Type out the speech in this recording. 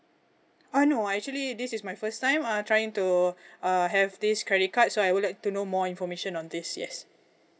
uh no uh actually this is my first time uh trying to uh have this credit card so I would like to know more information on this yes